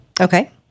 Okay